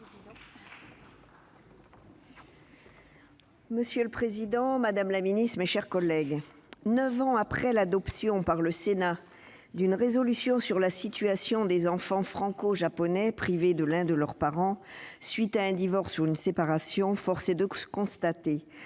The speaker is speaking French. Monsieur le président, madame la ministre, mes chers collègues, neuf ans après l'adoption par le Sénat d'une proposition de résolution sur la situation des enfants franco-japonais privés de l'un de leurs parents à la suite d'un divorce ou d'une séparation, force est de constater que